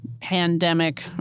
pandemic